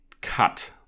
cut